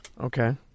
Okay